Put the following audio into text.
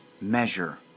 measure